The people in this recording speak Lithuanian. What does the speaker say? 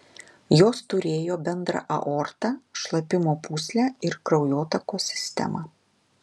jos turėjo bendrą aortą šlapimo pūslę ir kraujotakos sistemą